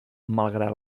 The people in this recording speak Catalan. malgrat